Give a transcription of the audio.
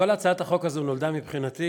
כל הצעת החוק הזו נולדה מבחינתי